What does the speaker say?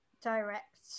direct